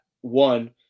one